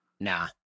Nah